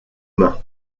main